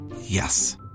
Yes